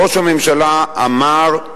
ראש הממשלה אמר,